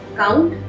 count